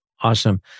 Awesome